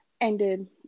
ended